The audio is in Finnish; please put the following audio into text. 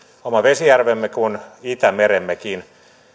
oma vesijärvemme kuin itämeremmekin